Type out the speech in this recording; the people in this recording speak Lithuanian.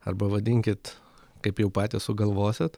arba vadinkit kaip jau patys sugalvosit